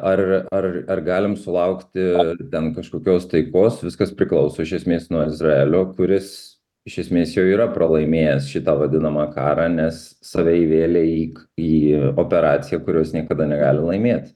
ar ar ar galim sulaukti ten kažkokios taikos viskas priklauso iš esmės nuo izraelio kuris iš esmės jau yra pralaimėjęs šitą vadinamą karą nes save įvėlė į į operaciją kurios niekada negali laimėt